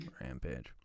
Rampage